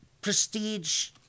prestige